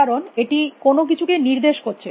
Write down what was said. কারণ এটি কোনো কিছুকে নির্দেশ করছে